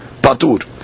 Patur